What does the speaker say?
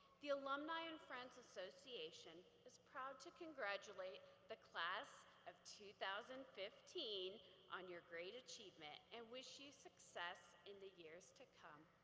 the alumni and friends association is proud to congratulate the class of two thousand and fifteen on your great achievement and wish you success in the years to come.